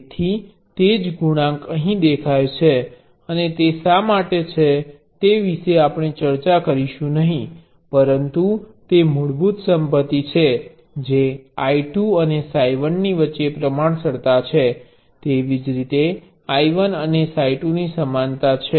તેથી તે જ ગુણાંક અહીં દેખાય છે અને તે શા માટે છે તે વિશે આપણે ચર્ચા કરીશું નહીં પરંતુ તે મૂળભૂત સંપત્તિ છે જે I 2 અને Ψ1 ની વચ્ચે પ્રમાણસરતા છે તેવીજ રીતે I 1 અને Ψ2 ની સમાન છે